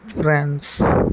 France